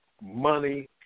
money